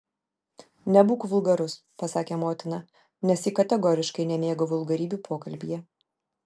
nebūk vulgarus pasakė motina nes ji kategoriškai nemėgo vulgarybių pokalbyje